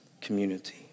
community